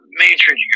major